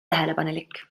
tähelepanelik